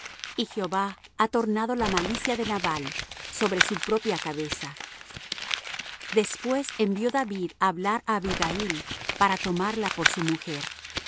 y jehová ha tornado la malicia de nabal sobre su propia cabeza después envió david á hablar á abigail para tomarla por su mujer